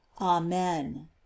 Amen